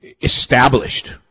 established